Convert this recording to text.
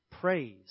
praise